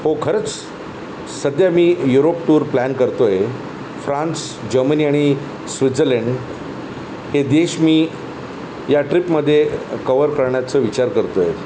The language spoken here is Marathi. हो खरंच सध्या मी युरोप टूर प्लॅन करतो आहे फ्रान्स जर्मनी आणि स्विझर्लंड हे देश मी या ट्र्रीपमधे कव्हर करण्याचं विचार करतो आहे